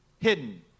hidden